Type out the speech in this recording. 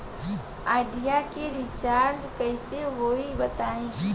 Idea के recharge कइसे होई बताईं?